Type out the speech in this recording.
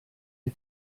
les